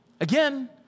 again